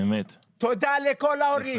תודה לכל ההורים.